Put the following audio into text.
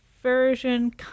version